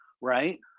right